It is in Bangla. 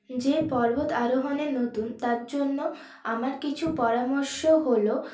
যে পর্বত আরোহণে নতুন তার জন্য আমার কিছু পরামর্শ হলো